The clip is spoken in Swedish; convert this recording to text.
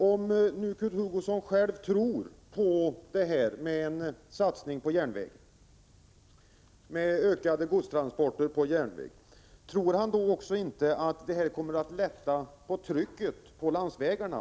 Om nu Kurt Hugosson själv tror på en satsning på järnvägen och ökade godstransporter på järnväg, tror han inte att det också kommer att lätta trycket på landsvägarna?